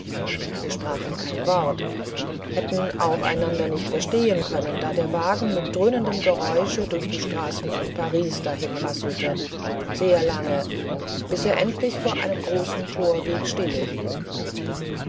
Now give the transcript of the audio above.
wir sprachen kein wort hätten auch einander nicht verstehen können da der wagen mit dröhnendem geräusche durch die straßen von paris dahinrasselte sehr lange bis er endlich vor einem großen torweg